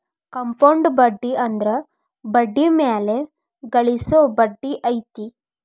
compound ಬಡ್ಡಿ ಅಂದ್ರ ಬಡ್ಡಿ ಮ್ಯಾಲೆ ಗಳಿಸೊ ಬಡ್ಡಿ ಐತಿ